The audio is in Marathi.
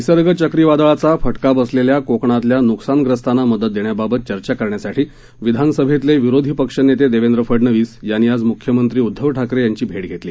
निसर्ग चक्रीवादळाचा फटका बसलेल्या कोकणातल्या नुकसानग्रस्तांना मदत देण्याबाबत चर्चा करण्यासाठी विधानसभेतले विरोधी पक्ष नेते देवेंद्र फडनवीस यांनी आज मुख्यमंत्री उद्धव ठाकरे यांची भेट घेतली